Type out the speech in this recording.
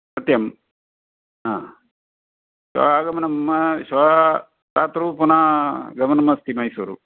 सत्यम् आ श्वः आगमनम् श्वः रात्रौ पुनः गमनमस्ति मैसूरु